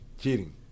cheating